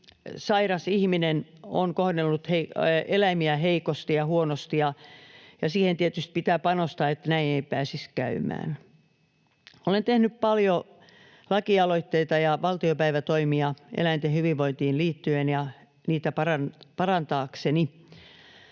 sairas ihminen on kohdellut eläimiä heikosti ja huonosti, ja siihen tietysti pitää panostaa, että näin ei pääsisi käymään. Olen tehnyt paljon lakialoitteita ja valtiopäivätoimia eläinten hyvinvointiin liittyen ja niitä parantaakseni.